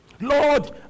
Lord